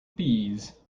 peas